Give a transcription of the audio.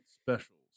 Specials